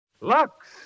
Lux